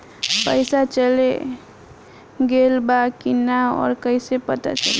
पइसा चल गेलऽ बा कि न और कइसे पता चलि?